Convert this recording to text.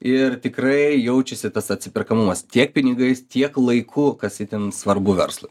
ir tikrai jaučiasi tas atsiperkamumas tiek pinigais tiek laiku kas itin svarbu verslui